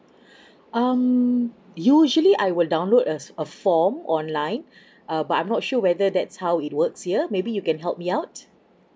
um usually I will download as a form online uh but I'm not sure whether that's how it works here maybe you can help me out